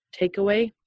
takeaway